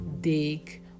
dig